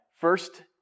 first